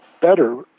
better